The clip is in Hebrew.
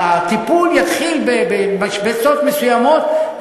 הטיפול יתחיל במשבצות מסוימות,